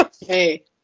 Hey